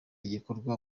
igikorwa